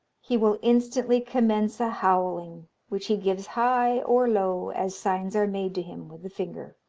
he will instantly commence a howling, which he gives high or low as signs are made to him with the finger.